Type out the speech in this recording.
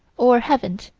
or haven't,